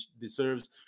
deserves